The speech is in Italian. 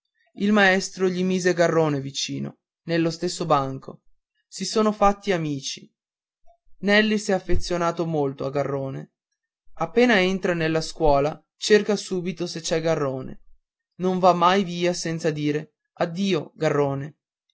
il maestro gli mise garrone vicino nello stesso banco si sono fatti amici nelli s'è affezionato molto a garrone appena entra nella scuola cerca subito se c'è garrone non va mai via senza dire addio garrone